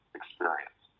experience